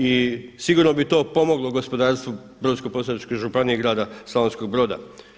I sigurno bi to pomoglo gospodarstvu Brodsko-posavske županije i grada Slavonskog Broda.